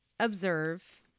Observe